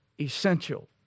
essential